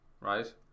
Right